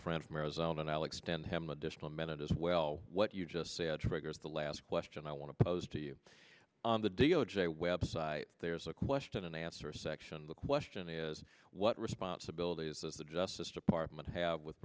friend from arizona and i'll extend him additional minute as well what you just said triggers the last question i want to pose to you the d o j web site there's a question and answer section of the question is what responsibilities as the justice department have with